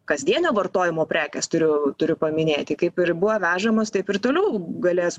kasdienio vartojimo prekės turiu turiu paminėti kaip ir buvo vežamos taip ir toliau galės